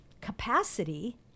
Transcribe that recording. capacity